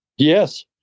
Yes